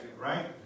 right